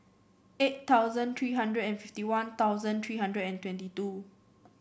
eight thousand three hundred and fifty One Thousand three hundred and twenty two